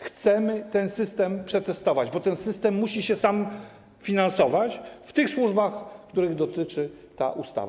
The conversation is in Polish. Chcemy ten system przetestować, bo ten system musi się sam finansować w służbach, których dotyczy ta ustawa.